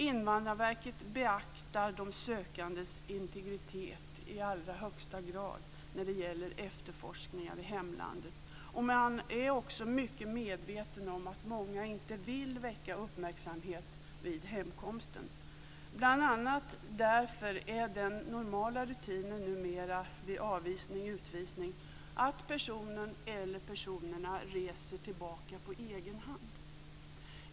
Invandrarverket beaktar i allra högsta grad de sökandes integritet när de gör efterforskningar i hemlandet, och man är också mycket medveten om att många inte vill väcka uppmärksamhet vid hemkomsten. Bl.a. därför är den normala rutinen numera vid avvisning-utvisning att personen eller personerna reser tillbaka på egen hand.